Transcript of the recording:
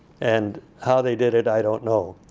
and how they did it, i don't know.